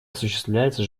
осуществляется